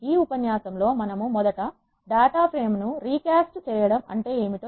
ఈ ఉపన్యాసంలో మనము మొదట డేటా ఫ్రేమ్ ను రీ క్యాస్ట్ చేయడం అంటే ఏమిటి